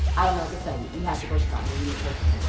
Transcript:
i don't know what to tell you. you have to go stronger. you need perfume.